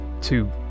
two